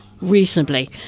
reasonably